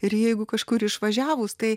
ir jeigu kažkur išvažiavus tai